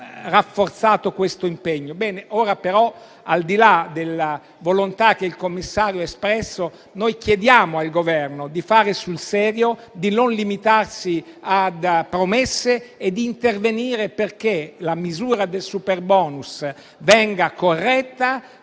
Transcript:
rafforzato questo impegno. Ora però, al di là della volontà espressa dal commissario, chiediamo al Governo di fare sul serio, di non limitarsi a fare promesse e di intervenire perché la misura del superbonus venga corretta